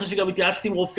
אחרי שגם התייעצתי עם רופאים,